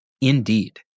Indeed